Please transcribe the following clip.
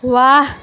واہ